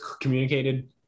communicated